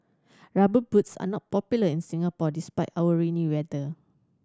Rubber Boots are not popular in Singapore despite our rainy weather